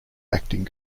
acting